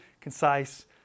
concise